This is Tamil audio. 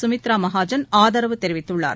சுமித்ராமகாஜன் ஆதரவு தெரிவித்துள்ளார்